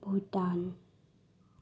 Bhutan